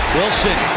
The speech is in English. Wilson